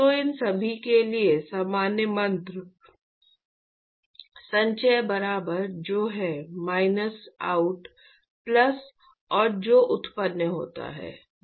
तो इन सभी के लिए सामान्य मंत्र संचय बराबर जो है माइनस आउट प्लस और जो उत्पन्न होता है